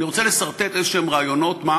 אני רוצה לסרטט רעיונות כלשהם,